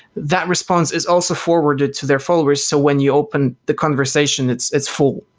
that response is also forwarded to their followers, so when you open the conversation, it's it's full.